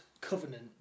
Covenant